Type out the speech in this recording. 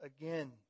again